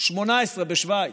18 בשווייץ,